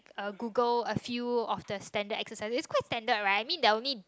uh Google a few of the standard exercise it's quite standard right I mean there are only